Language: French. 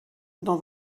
dans